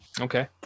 Okay